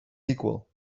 equal